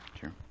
sure